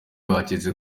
baketse